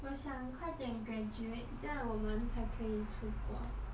我想快点 graduate 这样我们才可以出国